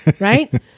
right